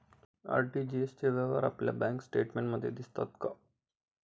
RTGS चे व्यवहार आपल्या बँक स्टेटमेंटमध्ये दिसतात का?